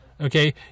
Okay